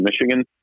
Michigan